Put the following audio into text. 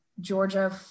Georgia